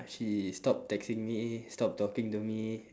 she stopped texting me stopped talking to me